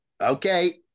okay